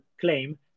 claim